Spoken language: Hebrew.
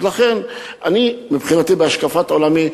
לכן אני בהשקפת עולמי,